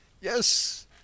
Yes